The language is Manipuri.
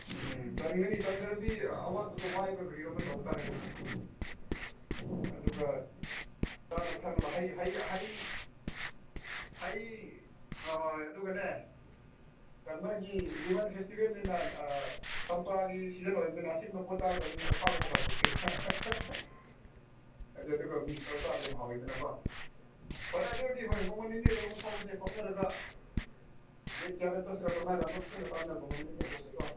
ꯎꯝ ꯆꯟꯒꯅꯤ ꯆꯟꯗ꯭ꯔꯗꯤ ꯑꯋꯥꯠꯄꯗꯨ ꯋꯥꯏꯕ꯭ꯔꯥ ꯀꯔꯤꯅꯣ ꯑꯃ ꯇꯧꯕ ꯇꯥꯔꯦꯗꯅ ꯑꯗꯨꯒ ꯆꯥꯅꯕ ꯊꯛꯅꯕ ꯍꯩ ꯍꯩ ꯍꯩ ꯍꯩ ꯍꯣꯏ ꯍꯣꯏ ꯑꯗꯨꯒꯅꯦ ꯀꯩꯅꯣꯒꯤ ꯂꯤꯃꯟ ꯐꯦꯁꯇꯤꯚꯦꯜꯅꯤꯅ ꯆꯝꯄ꯭ꯔꯥꯒꯤ ꯁꯤꯖꯟ ꯑꯣꯕꯅꯤꯅ ꯑꯁꯤꯟꯕ ꯄꯣꯠ ꯆꯥꯒꯗꯕꯅꯤꯅ ꯑꯣꯛꯁꯥꯒꯨꯝꯕ ꯈꯔ ꯄꯨꯁꯤꯔꯥ ꯍꯥꯏꯗꯤ ꯑꯗꯨꯒ ꯃꯤꯛꯁ ꯇꯧꯔ ꯆꯥꯕ ꯌꯥꯝ ꯍꯥꯎꯋꯤꯗꯅꯀꯣ ꯐꯔꯦ ꯑꯗꯨ ꯑꯣꯏꯔꯗꯤ ꯍꯣꯏ ꯅꯣꯡꯃ ꯅꯤꯅꯤ ꯂꯩꯔꯒ ꯐꯥꯎꯅꯁꯦ ꯐꯥꯎꯅꯔꯒ ꯗꯦꯠ ꯀꯌꯥꯗ ꯆꯠꯁꯤꯔꯥ ꯀꯃꯥꯏꯅ ꯑꯃꯨꯛꯁꯨ ꯇꯥꯅꯔꯒ ꯀꯟꯐꯥꯔꯃꯦꯁꯟ ꯇꯧꯊꯣꯛꯁꯤꯀꯣ